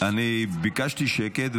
אני ביקשתי שקט,